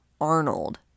Arnold